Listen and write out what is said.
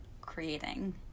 creating